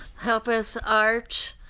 help us arch